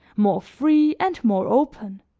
more free and more open